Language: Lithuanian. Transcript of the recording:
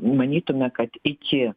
manytume kad iki